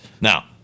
Now